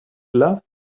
loved